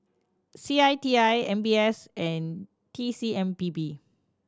C I T I M B S and T C M P B